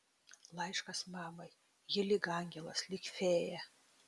laiškas mamai ji lyg angelas lyg fėja